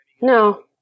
no